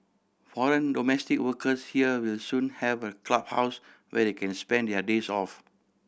foreign domestic workers here will soon have a clubhouse where they can spend their days off